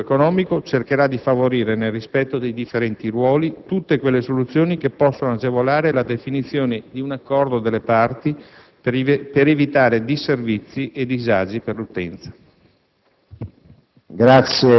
Il Ministero dello sviluppo economico cercherà di favorire, nel rispetto dei differenti ruoli, tutte quelle soluzioni che possono agevolare la definizione di un accordo delle parti, per evitare disservizi e disagi per l'utenza.